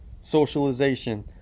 socialization